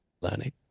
learning